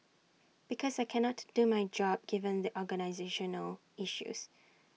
because I cannot do my job given the organisational issues